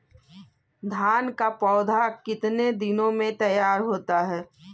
धान का पौधा कितने दिनों में तैयार होता है?